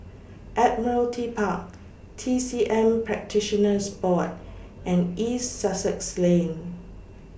Admiralty Park T C M Practitioners Board and East Sussex Lane